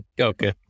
okay